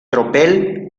tropel